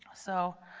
so,